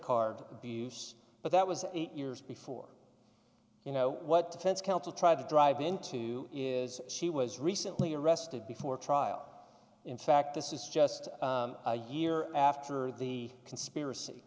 card abuse but that was eight years before you know what fence counsel tried to drive into is she was recently arrested before trial in fact this is just a year after the conspiracy